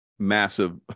massive